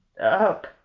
up